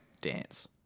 Dance